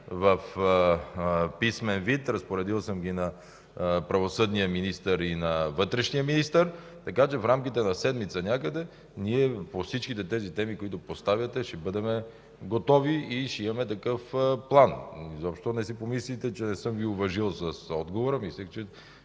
в писмен вид. Разпоредил съм ги на правосъдния министър и на вътрешния министър, така че в рамките някъде на седмица ние по всичките тези теми, които поставяте, ще бъдем готови и ще имаме такъв план. Изобщо не си помисляйте, че не съм Ви уважил с отговор. Мислех, че